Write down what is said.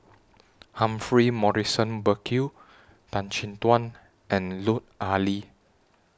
Humphrey Morrison Burkill Tan Chin Tuan and Lut Ali